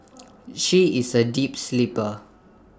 she is A deep sleeper